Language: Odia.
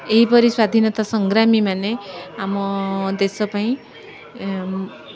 ଏହିପରି ସ୍ଵାଧୀନତା ସଂଗ୍ରାମୀମାନେ ଆମ ଦେଶ ପାଇଁ